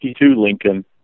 Lincoln